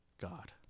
God